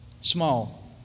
Small